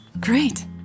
Great